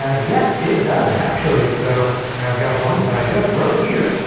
ah yes, it does actually. so i've got one that i just wrote here,